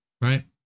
Right